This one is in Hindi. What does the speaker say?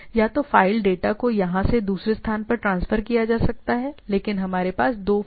या तो फ़ाइल डेटा को यहां से दूसरे स्थान पर ट्रांसफर किया जा सकता है लेकिन हमारे पास दो फाइल सिस्टम हैं